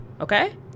okay